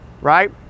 right